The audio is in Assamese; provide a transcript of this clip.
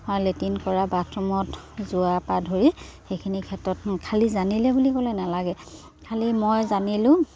লেট্ৰিন কৰা বাথৰুমত যোৱা পা ধৰি সেইখিনি ক্ষেত্ৰত খালি জানিলে বুলি ক'লে নালাগে খালী মই জানিলোঁ